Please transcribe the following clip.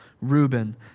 Reuben